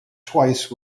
twice